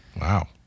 Wow